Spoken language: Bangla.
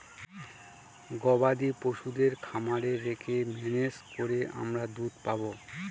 গবাদি পশুদের খামারে রেখে ম্যানেজ করে আমরা দুধ পাবো